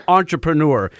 entrepreneur